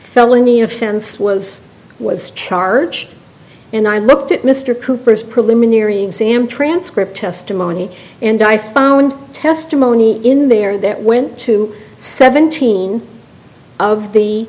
felony offense was was charged and i looked at mr cooper's preliminary exam transcript testimony and i found testimony in there that went to seventeen of the